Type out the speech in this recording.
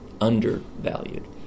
undervalued